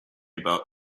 about